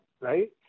right